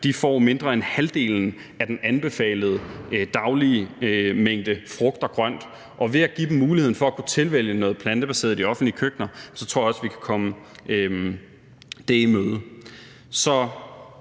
får mindre end halvdelen af den anbefalede daglige mængde frugt og grønt. Ved at give dem muligheden for at kunne tilvælge noget plantebaseret i de offentlige køkkener tror jeg også vi kan komme det i møde.